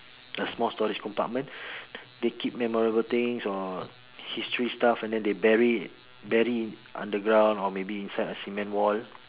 a small storage compartment they keep memorable things or history stuff and then they bury it bury underground or maybe inside a cement wall